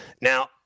Now